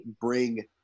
bring